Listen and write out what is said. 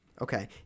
Okay